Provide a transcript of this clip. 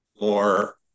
more